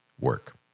work